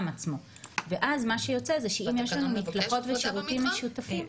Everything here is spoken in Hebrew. עצמו ואז מה שיוצא שאם יש שם מקלחות ושירותים משותפים.